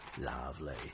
Lovely